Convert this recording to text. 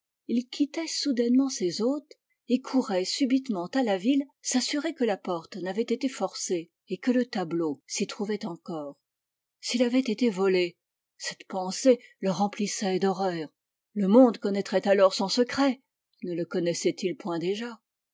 il quittait soudainement ses hôtes et courait subitement à la ville s'assurer que la porte n'avait été forcée et que le tableau s'y trouvait encore s'il avait été volé cette pensée le remplissait d'horreur le monde connaîtrait alors son secret ne le connaissait-il point déjà